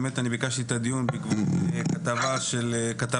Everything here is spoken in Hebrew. באמת אני ביקשתי את הדיון בעקבות כתבה מאוד